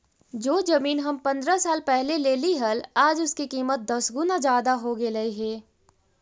जो जमीन हम पंद्रह साल पहले लेली हल, आज उसकी कीमत दस गुना जादा हो गेलई हे